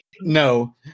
No